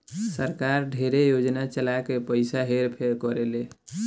सरकार ढेरे योजना चला के पइसा हेर फेर करेले